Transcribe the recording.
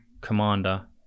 commander